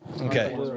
Okay